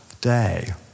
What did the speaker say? day